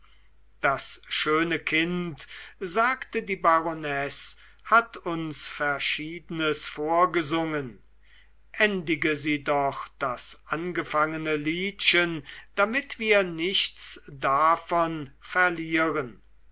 das schöne kind sagte die baronesse hat uns verschiedenes vorgesungen endige sie doch das angefangene liedchen damit wir nichts davon verlieren